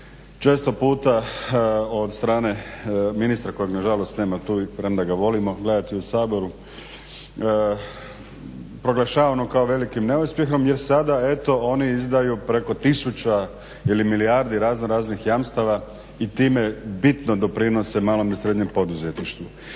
često puta od strane ministra kojeg nažalost nema tu, i premda ga volimo gledati u Saboru, proglašavano kao velikim neuspjehom jer sada eto oni izdaju preko tisuća ili milijardi razno raznih jamstava i time bitno doprinose malom i srednjem poduzetništvu.